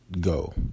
go